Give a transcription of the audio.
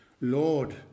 Lord